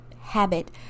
habit